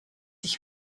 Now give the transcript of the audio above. ich